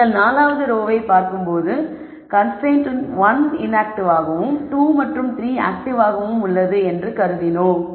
நீங்கள் 4வது ரோ வை பார்க்கும்போது கன்ஸ்ரைன்ட் 1 இன்ஆக்ட்டிவாகவும் 2 மற்றும் 3 ஆக்ட்டிவாகவும் உள்ளது என்று கருதினோம்